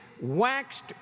waxed